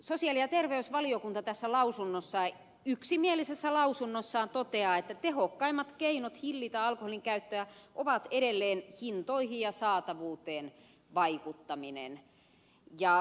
sosiaali ja terveysvaliokunta tässä lausunnossaan yksimielisessä lausunnossaan toteaa että tehokkaimmat keinot hillitä alkoholin käyttöä ovat edelleen hintoihin ja saatavuuteen vaikuttaminen